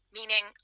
meaning